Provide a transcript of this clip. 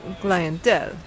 clientele